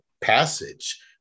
passage